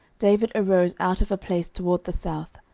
david arose out of a place toward the south,